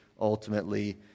ultimately